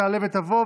תעלה ותבוא.